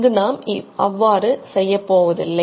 இங்கு நாம் அவ்வாறு செய்யப்போவதில்லை